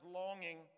longing